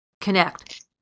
connect